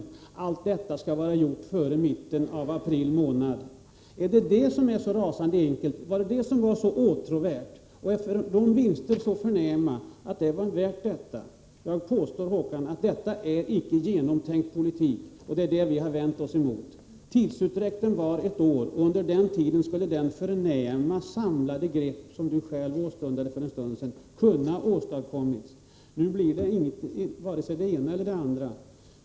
Och allt detta skall vara gjort före mitten av april månad. Var det så rasande enkelt, var det så åtråvärt och var vinsterna så förnäma att det var värt detta? Jag påstår, Håkan Strömberg, att detta icke är genomtänkt politik, och det är det vi har vänt oss emot. Tidsutdräkten var ett år, och under den tiden skulle det förnäma, samlade grepp som Håkan Strömberg själv nyss åstundade ha kunnat åstadkommas. Nu blir det inte vare sig det ena eller det andra.